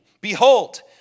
Behold